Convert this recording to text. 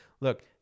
look